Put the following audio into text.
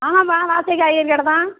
ஆமாம்பா வாசுகி காய்கறி கடைதான்